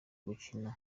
gukina